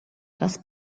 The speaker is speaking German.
das